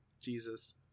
Jesus